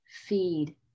feed